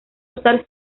usar